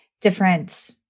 different